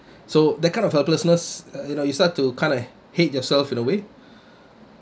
so that kind of helplessness you know you start to kind of hate yourself in a way